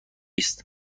است